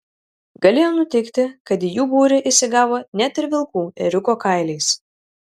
galėjo nutikti kad į jų būrį įsigavo net ir vilkų ėriuko kailiais